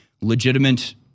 legitimate